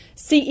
ce